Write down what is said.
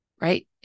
right